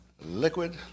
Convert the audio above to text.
liquid